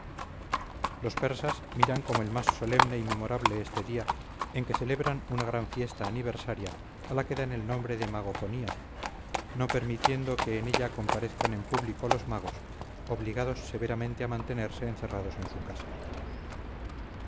los persas miran como el mas solemne y memorable este día en que celebran una gran fiesta aniversaria a la que dan el nombre de magofonía no permitiendo que en ella comparezcan en público los magos obligados severamente a mantenerse encerrados en su casa